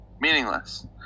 Meaningless